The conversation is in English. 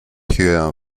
hear